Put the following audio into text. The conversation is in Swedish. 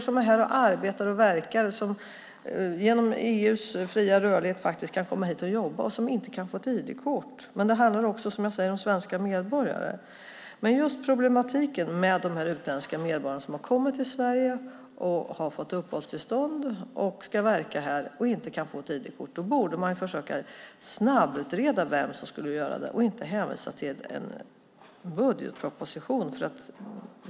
Det är människor som genom EU:s fria rörlighet är här och arbetar och verkar men som inte kan få ett ID-kort. Det handlar också om svenska medborgare, men problematiken gäller nu de utländska medborgare som har kommit till Sverige, fått uppehållstillstånd och verkar här utan att kunna få ett ID-kort. Man borde därför försöka snabbutreda vem som ska göra det och inte hänvisa till en budgetproposition.